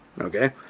Okay